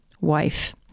wife